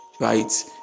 Right